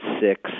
six